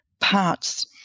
parts